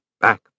back